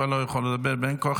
כבר לא יכול לדבר בין כה,